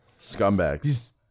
Scumbags